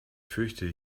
fürchte